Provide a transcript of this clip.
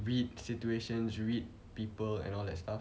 read situations read people and all that stuff